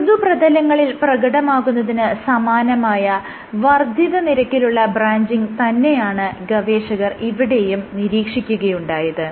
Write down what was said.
മൃദുപ്രതലങ്ങളിൽ പ്രകടമാകുന്നതിന് സമാനമായ വർദ്ധിത നിരക്കിലുള്ള ബ്രാഞ്ചിങ് തന്നെയാണ് ഗവേഷകർ ഇവിടെയും നിരീക്ഷിക്കുകയുണ്ടായത്